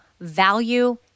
value